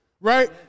right